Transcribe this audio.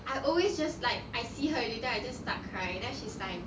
I always just like I see her already then I just start crying then she's like